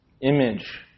image